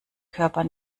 körper